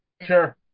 Sure